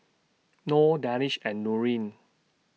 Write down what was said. Nor Danish and Nurin